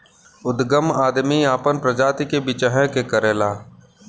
उदगम आदमी आपन प्रजाति के बीच्रहे के करला